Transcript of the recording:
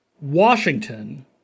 Washington